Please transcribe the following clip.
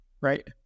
Right